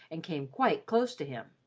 and came quite close to him.